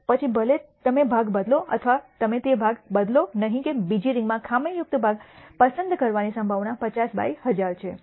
પછી ભલે તમે ભાગ બદલો અથવા તમે તે ભાગ બદલો નહીં કે બીજી રિંગમાં ખામીયુક્ત ભાગ પસંદ કરવાની સંભાવના 50 બાય 1000 છે